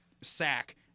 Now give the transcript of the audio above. sack